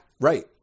right